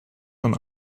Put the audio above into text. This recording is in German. von